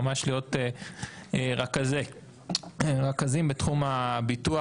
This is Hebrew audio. ממש להיות רכזים בתחום הביטוח,